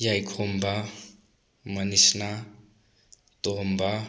ꯌꯥꯏꯈꯣꯝꯕ ꯃꯅꯤꯁꯅꯥ ꯇꯣꯝꯕ